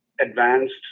advanced